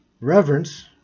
Reverence